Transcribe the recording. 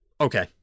okay